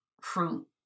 fruit